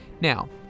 Now